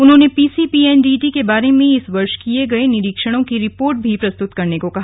उन्होंने च्च्छक्ज के बारे में इस वर्ष किए गए निरीक्षणों की रिर्पोट भी प्रस्तुत करने को कहा